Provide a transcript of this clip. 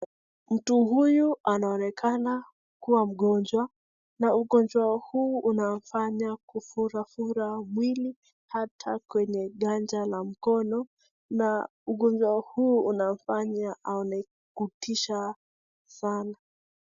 Mtu huyu anaonekana kuwa mgonjwa na ugonjwa huu unafanya kufurafura mwili ata kwenye ganja la mkono na ugonjwa huu unafanya aone kutisha sana.